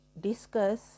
discuss